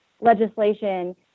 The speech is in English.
legislation